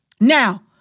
Now